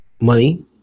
money